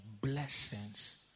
blessings